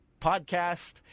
podcast